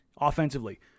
offensively